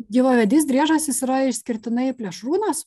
gyvavedys driežas jis yra išskirtinai plėšrūnas